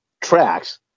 tracks